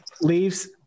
leaves